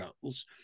goals